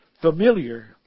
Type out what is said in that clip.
familiar